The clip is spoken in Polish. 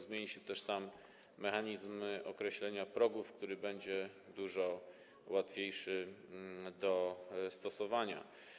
Zmieni się też sam mechanizm określenia progów, który będzie dużo łatwiejszy do stosowania.